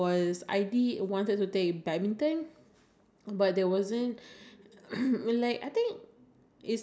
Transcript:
obviously need some day off you want to catch up with your family members and everything ya that's really nice